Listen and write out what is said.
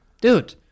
dude